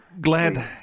Glad